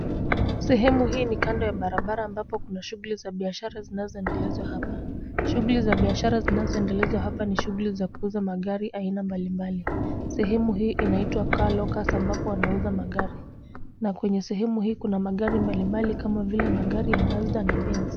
Sehemu hii ni kando ya barabara ambapo kuna shughuli za biashara ambazo inaendelezwa hapa. Shughuli za biashara zinazoendelewa hapa ni shughuli za kuuza magari aina mbalimbali. Sehemu hii inaitwa Car locus ambapo wanauza magari na kwenye sehemu hii kuna magari mbalimbali kama vile magari ya mazda na benz.